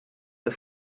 das